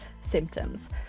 symptoms